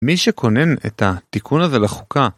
מי שכונן את התיקון הזה לחוקה